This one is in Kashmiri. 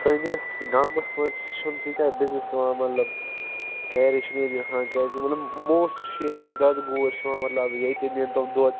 سٲنس گامس منٛز چِھنہٕ تیٖتیاہ بِزنِس یوان مطلب کیری چھِنہٕ ییٚتہِ گژھان کیازِ کہِ مطلب موسٹہٕ چھ ییٚتہِ دۄدٕ گوٗر چھُ یوان مطلب ییٚتہِ نِن تِم دۄد